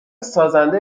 سازنده